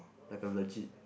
like a legit